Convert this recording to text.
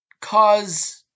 cause